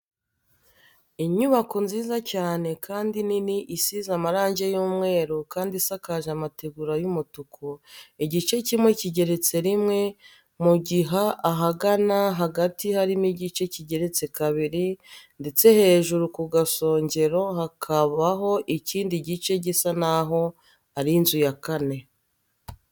Inyubako nziza cyane kandi nini isize amarange y'umweru kandi isakaje amategura y'umutuku, igice kimwe kigeretse rimwe mu giha ahagana hagati harimo igice kigeretse kabiri ndetse hejuru ku gasongro hakabaho ikindi gice gisa naho ari inzu ya kane.